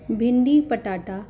भिंडी पटाटा